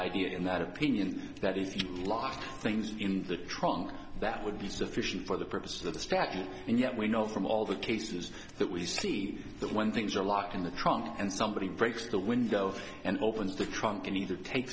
idea in that opinion that if you lost things in the trunk that would be sufficient for the purpose of the stacking and yet we know from all the cases that we see that when things are locked in the trunk and somebody breaks the window and opens the trunk and either take